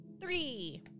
Three